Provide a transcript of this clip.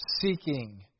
seeking